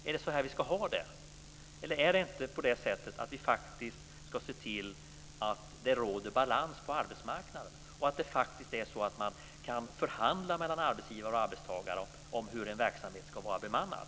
Är det så här vi ska ha det, eller ska vi inte se till att det faktiskt råder balans på arbetsmarknaden? Man kan faktiskt förhandla mellan arbetsgivare och arbetstagare om hur en verksamhet ska vara bemannad.